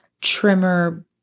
trimmer